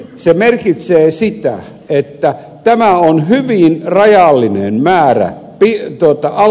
se merkitsee sitä että tämä on hyvin rajallinen määräala